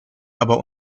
aber